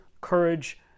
courage